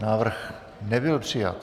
Návrh nebyl přijat.